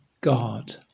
God